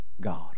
god